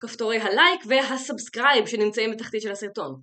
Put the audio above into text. כפתורי הלייק והסאבסקרייב שנמצאים בתחתית של הסרטון.